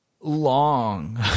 long